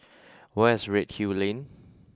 where is Redhill Lane